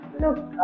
Look